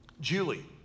Julie